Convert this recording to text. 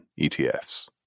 etfs